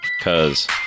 Cause